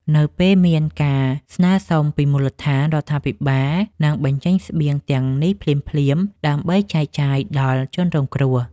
នៅពេលមានការស្នើសុំពីមូលដ្ឋាន រដ្ឋាភិបាលនឹងបញ្ចេញស្បៀងទាំងនេះភ្លាមៗដើម្បីចែកចាយដល់ជនរងគ្រោះ។